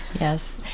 Yes